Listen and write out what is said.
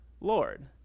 Lord